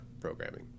programming